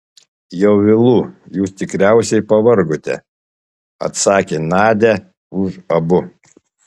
jau vėlu jūs tikriausiai pavargote atsakė nadia už abu